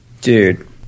dude